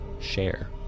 share